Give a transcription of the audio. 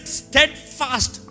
steadfast